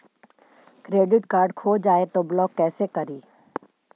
Credit card खो जाए तो ब्लॉक कैसे करी?